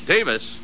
Davis